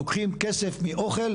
לוקחים כסף מאוכל,